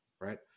right